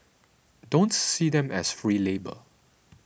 don't see them as free labour